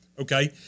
Okay